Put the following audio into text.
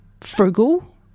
frugal